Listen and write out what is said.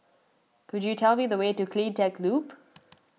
could you tell me the way to CleanTech Loop